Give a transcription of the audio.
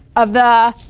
of the?